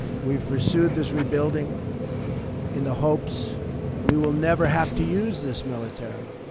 we've pursued this rebuilding in the hopes that we will never have to use this military.